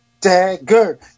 Dagger